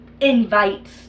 invites